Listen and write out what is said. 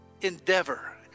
endeavor